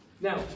now